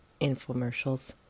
Infomercials